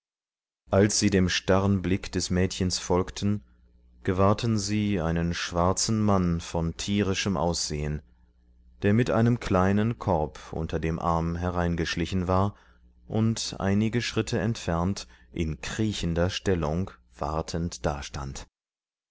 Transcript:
als sie dem starren blick des mädchens folgten gewahrten sie einen schwarzen mann von tierischem aussehen der mit einem kleinen korb unter dem arm hereingeschlichen war und einige schritte entfernt in kriechender stellung wartend dastand